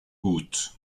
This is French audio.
hôte